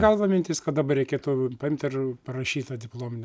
galvą mintis kad dabar reikėtų paimt ir parašyt tą diplominį